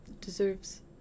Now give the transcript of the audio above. deserves